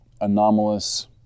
anomalous